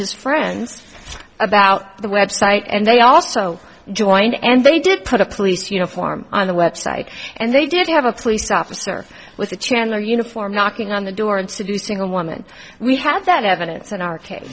his friends about the website and they also joined and they did put a police uniform on the website and they did have a police officer with the chandler uniform knocking on the door and seducing a woman we have that evidence in our case